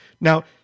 now